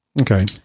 Okay